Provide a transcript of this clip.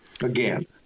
again